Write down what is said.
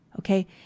Okay